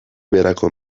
beherako